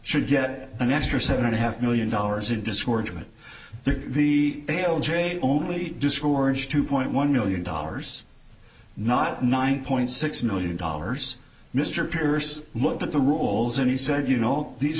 should get an extra seven and a half million dollars a discouragement the the a o j only discouraged two point one million dollars not nine point six million dollars mr pierce looked at the rules and he said you know these